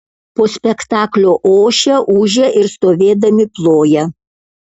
po spektaklio ošia ūžia ir stovėdami ploja